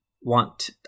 want